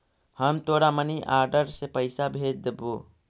हम तोरा money order से पइसा भेज देबो